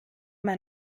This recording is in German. man